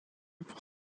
pour